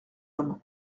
homme